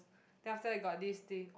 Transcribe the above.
then after that got this thing